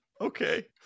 Okay